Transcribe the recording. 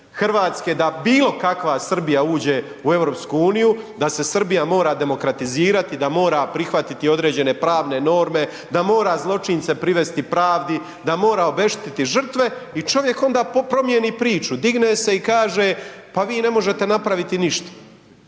RH da bilo kakva Srbija uđe u EU, da se Srbija mora demokratizirati, da mora prihvatiti određene pravne norme, da mora zločince privesti pravdi, da mora obeštetiti žrtve i čovjek onda promijeni priču, digne se i kaže, pa vi ne možete napraviti ništa.